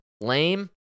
lame